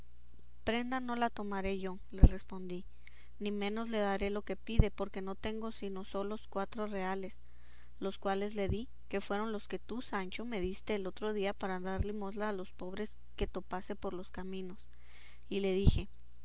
prenda no la tomaré yo le respondí ni menos le daré lo que pide porque no tengo sino solos cuatro reales los cuales le di que fueron los que tú sancho me diste el otro día para dar limosna a los pobres que topase por los caminos y le dije